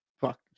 fuck